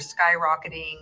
skyrocketing